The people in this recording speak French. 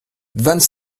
vingt